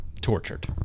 tortured